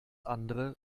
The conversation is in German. andere